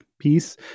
piece